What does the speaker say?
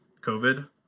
COVID